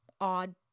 odd